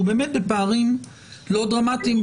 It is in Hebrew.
הוא באמת בפערים לא דרמטיים,